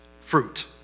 fruit